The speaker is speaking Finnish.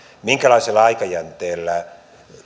minkälaisella aikajänteellä